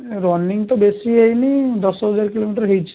ନା ରନିଂ ତ ବେଶି ହେଇନି ଦଶହଜାର କିଲୋମିଟର୍ ହେଇଛି